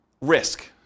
risk